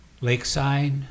Lakeside